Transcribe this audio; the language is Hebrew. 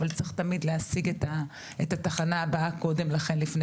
אבל צריך תמיד להשיג את התחנה הבאה קודם לכן לפני